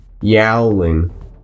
yowling